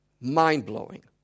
Mind-blowing